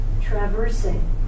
traversing